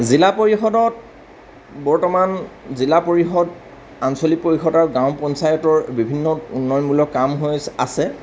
জিলা পৰিষদত বৰ্তমান জিলা পৰিষদ আঞ্চলিক পৰিষদ আৰু গাঁও পঞ্চায়তৰ বিভিন্ন উন্নয়নমূলক কাম হৈ আছে